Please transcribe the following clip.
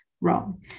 wrong